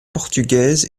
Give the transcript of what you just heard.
portugaise